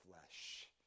flesh